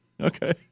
Okay